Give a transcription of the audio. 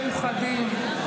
מאוחדים,